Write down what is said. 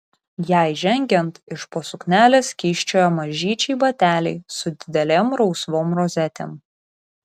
jai žengiant iš po suknelės kyščiojo mažyčiai bateliai su didelėm rausvom rozetėm